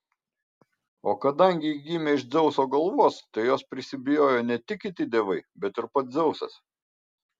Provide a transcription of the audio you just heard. o kadangi ji gimė iš dzeuso galvos tai jos prisibijojo ne tik kiti dievai bet ir pats dzeusas